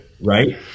right